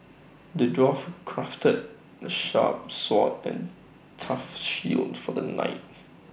the dwarf crafted A sharp sword and tough shield for the knight